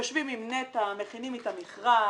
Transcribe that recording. יושבים עם נת"ע, מכינים איתם מכרז,